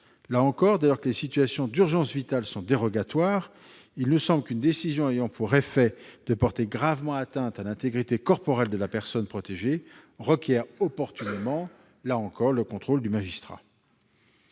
protégée. Dès lors que les situations d'urgence vitale sont dérogatoires, il nous semble qu'une décision ayant pour effet de porter gravement atteinte à l'intégrité corporelle de la personne protégée requiert opportunément, là encore, le contrôle du magistrat.